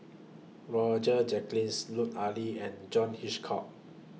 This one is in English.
Roger Jenkins Lut Ali and John Hitchcock